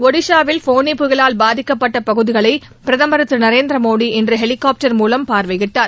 ஒடிஸாவில் ஃபோனி புயலால் பாதிக்கப்பட்ட பகுதிகளை பிரதமர் திரு நரேந்திரமோடி இன்று ஹெலிகாப்டர் மூலம் பார்வையிட்டார்